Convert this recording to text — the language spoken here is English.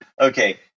Okay